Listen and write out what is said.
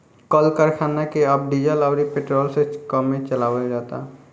कल करखना के अब डीजल अउरी पेट्रोल से कमे चलावल जाता